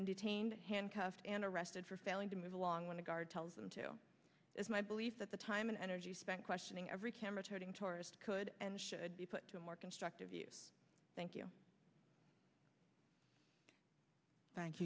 been detained handcuffed and arrested for failing to move along when the guard tells them to is my belief that the time and energy spent questioning every camera toting tourist could and should be put to more constructive use thank you thank